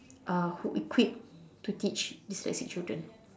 uh who equipped to teach dyslexic children